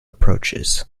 approaches